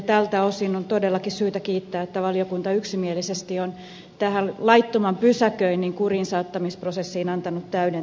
tältä osin on todellakin syytä kiittää siitä että valiokunta yksimielisesti on tähän laittoman pysäköinnin kuriinsaattamisprosessiin antanut täyden tukensa